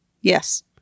Yes